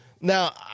now